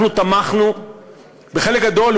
אנחנו תמכנו בחלק גדול,